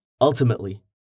Ultimately